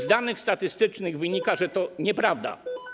Z danych statystycznych wynika, że to nieprawda.